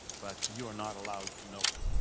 but you're not allowed to know,